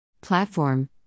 Platform